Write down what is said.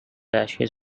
ashes